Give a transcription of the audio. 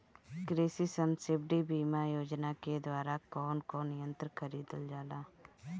कृषि सब्सिडी बीमा योजना के द्वारा कौन कौन यंत्र खरीदल जाला?